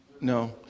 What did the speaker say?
no